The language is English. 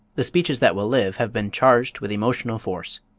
the speeches that will live have been charged with emotional force.